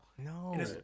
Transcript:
No